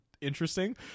interesting